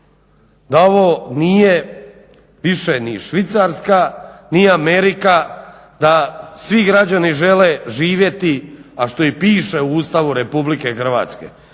da ovo nije više ni Švicarska ni Amerika, da svi građani žele živjeti a što i piše u ustavu Republike Hrvatske,